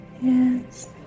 Yes